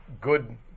good